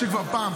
שכבר פעם,